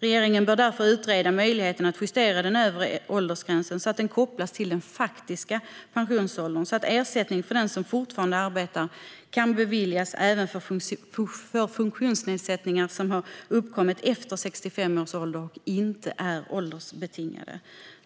Regeringen bör därför utreda möjligheten att justera den övre åldersgränsen så att den kopplas till den faktiska pensionsåldern och så att ersättning för den som fortfarande arbetar kan beviljas även för funktionsnedsättningar som har uppkommit efter 65 års ålder och som inte är åldersbetingade.